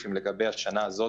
ספציפיים לגבי השנה הנוכחית.